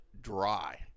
Dry